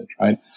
right